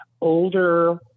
older